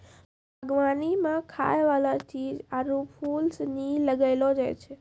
बागवानी मे खाय वाला चीज आरु फूल सनी लगैलो जाय छै